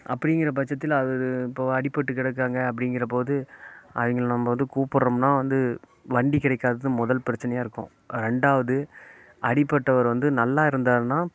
அப்படிங்குறபட்சத்துல அவரு இப்போ அடிப்பட்டு கிடக்காங்க அப்படிங்குற போது அவங்கள நம்ம வந்து கூப்பிட்றோம்னா வந்து வண்டி கிடைக்காதது முதல் பிரச்சனையாக இருக்கும் ரெண்டாவது அடிப்பட்டவர் வந்து நல்லா இருந்தார்னா